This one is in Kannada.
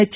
ಎಚ್